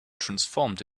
transformed